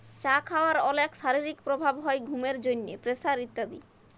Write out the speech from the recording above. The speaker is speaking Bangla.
চা খাওয়ার অলেক শারীরিক প্রভাব হ্যয় ঘুমের জন্হে, প্রেসার ইত্যাদি